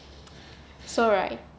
so right